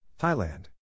Thailand